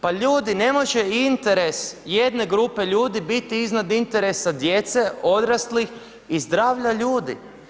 Pa ljudi, ne može interes jedne grupe ljudi biti iznad interesa djece, odraslih i zdravlja ljudi.